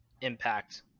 impact